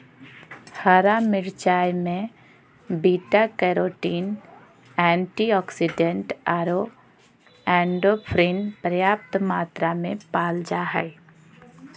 हरा मिरचाय में बीटा कैरोटीन, एंटीऑक्सीडेंट आरो एंडोर्फिन पर्याप्त मात्रा में पाल जा हइ